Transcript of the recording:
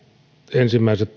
ensimmäiset